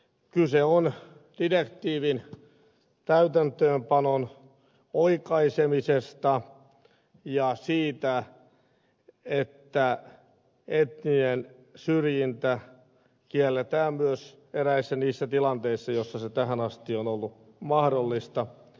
kyse on direktiivin täytäntöönpanon oikaisemisesta ja siitä että etninen syrjintä kielletään myös eräissä niistä tilanteista joissa se tähän asti on ollut mahdollista